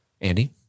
Andy